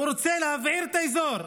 הוא רוצה להבעיר את האזור.